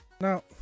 Now